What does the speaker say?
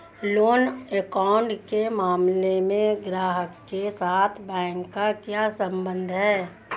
Loan account के मामले में ग्राहक के साथ बैंक का क्या संबंध है?